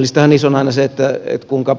oleellistahan niissä on aina se kuinka